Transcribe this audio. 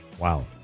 wow